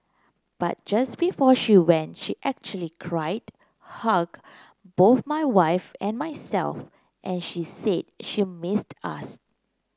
but just before she went she actually cried hugged both my wife and myself and she said she missed us